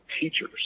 teacher's